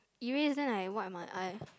you read this then I wipe my eye